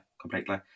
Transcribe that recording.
completely